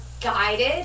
guided